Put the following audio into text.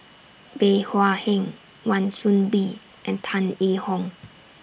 Bey Hua Heng Wan Soon Bee and Tan Yee Hong